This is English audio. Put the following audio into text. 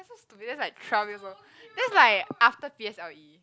so stupid that's like twelve years old that's like after p_s_l_e